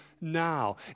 now